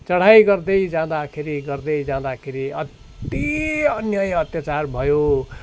चढाइ गर्दै जाँदाखेरि गर्दै जाँदाखेरि अति अन्याय अत्यचार भयो